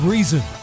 Reason